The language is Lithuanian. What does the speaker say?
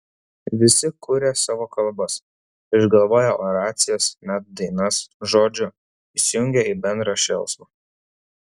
visi kuria savo kalbas išgalvoję oracijas net dainas žodžiu įsijungia į bendrą šėlsmą